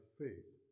faith